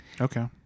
Okay